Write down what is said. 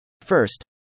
First